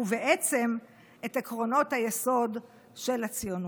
ובעצם את עקרונות היסוד של הציונות.